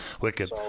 Wicked